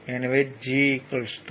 எனவே G 0